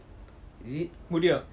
முடியும்:mudiyum